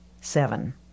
Seven